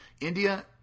India